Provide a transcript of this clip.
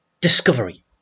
Discovery